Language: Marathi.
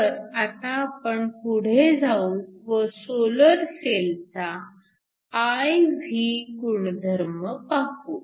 तर आता आपण पुढे जाऊ व सोलर सेलचा I V गुणधर्म पाहू